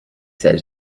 said